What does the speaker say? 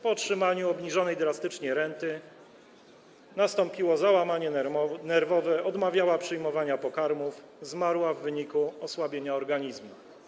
Po otrzymaniu obniżonej drastycznie renty nastąpiło załamanie nerwowe, odmawiała przyjmowania pokarmów, zmarła w wyniku osłabienia organizmu.